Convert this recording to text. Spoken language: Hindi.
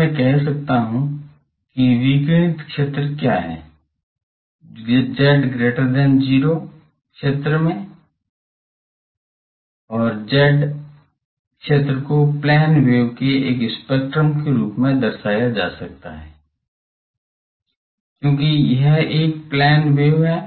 इसलिए मैं कह सकता हूं कि विकिरणित क्षेत्र क्या है z greater than 0 क्षेत्र में z क्षेत्र को प्लेन वेव के एक स्पेक्ट्रम के रूप में दर्शाया जा सकता है क्योंकि यह एक प्लेन वेव है